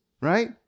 right